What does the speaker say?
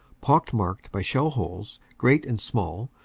pock-marked by shell holes, great and small,